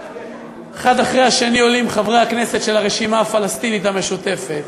האחד אחרי השני עולים חברי הכנסת של הרשימה הפלסטינית המשותפת,